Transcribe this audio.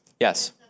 Yes